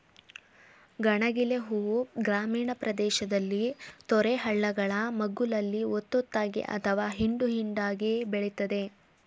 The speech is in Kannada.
ಗಣಗಿಲೆ ಹೂ ಗ್ರಾಮೀಣ ಪ್ರದೇಶದಲ್ಲಿ ತೊರೆ ಹಳ್ಳಗಳ ಮಗ್ಗುಲಲ್ಲಿ ಒತ್ತೊತ್ತಾಗಿ ಅಥವಾ ಹಿಂಡು ಹಿಂಡಾಗಿ ಬೆಳಿತದೆ